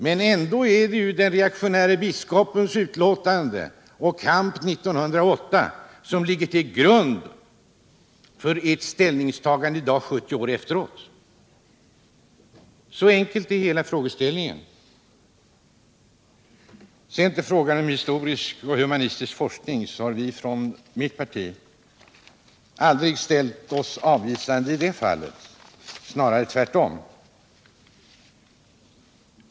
Men ändå är det den reaktionäre biskopens utlåtande och kamp 1908 som ligger till grund för ert ställningstagande i dag, 70 år efteråt. Så enkel är hela frågeställningen. Beträffande historisk och humanistisk forskning har vi från mitt parti aldrig ställt oss avvisande i det fallet — snarare tvärtom.